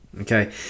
Okay